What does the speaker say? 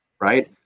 right